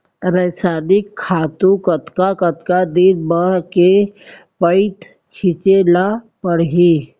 रसायनिक खातू कतका कतका दिन म, के पइत छिंचे ल परहि?